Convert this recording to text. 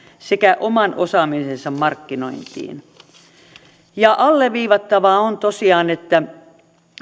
sekä oman osaamisensa markkinointiin alleviivattava on tosiaan että